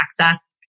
access